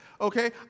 Okay